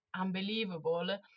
unbelievable